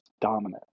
dominant